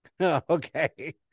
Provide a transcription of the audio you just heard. Okay